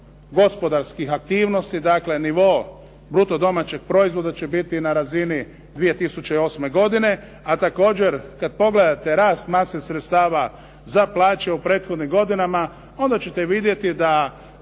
gospodarskih aktivnosti, dakle nivo bruto domaćeg proizvoda će biti na razini 2008. godine, a također kada pogledate rast mase sredstava za plaće u prethodnim godinama, onda ćete vidjeti da